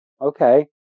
Okay